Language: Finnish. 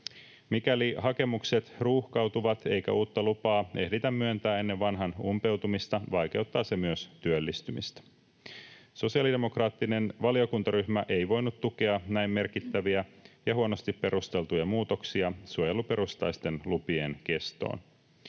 Mikäli hakemukset ruuhkautuvat eikä uutta lupaa ehditä myöntää ennen vanhan umpeutumista, vaikeuttaa se myös työllistymistä. Sosiaalidemokraattinen valiokuntaryhmä ei voinut tukea näin merkittäviä ja huonosti perusteltuja muutoksia suojeluperustaisten lupien kestoon.